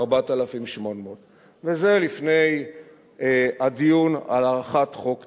4,800. וזה לפני הדיון על הארכת חוק טל.